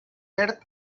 perd